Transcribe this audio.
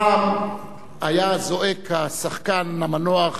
פעם היה זועק השחקן המנוח